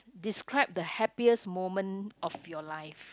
describe the happiest moment of your life